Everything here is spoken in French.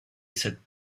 cette